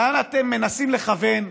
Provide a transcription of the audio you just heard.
לאן אתם מנסים לכוון.